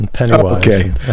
Okay